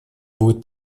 будет